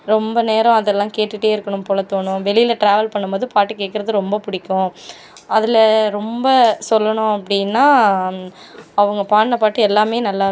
ரொம்ப நேரம் அதெல்லாம் கேட்டுகிட்டே இருக்கணும் போல தோணும் வெளியில் ட்ராவல் பண்ணும் போது பாட்டு கேட்கறது ரொம்ப பிடிக்கும் அதில் ரொம்ப சொல்லணும் அப்படின்னா அவங்க பாட்டுன பாட்டு எல்லாமே நல்லா